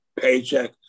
paycheck